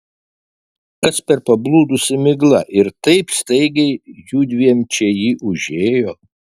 kas per pablūdusi migla ir taip staigiai judviem čia ji užėjo